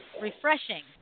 refreshing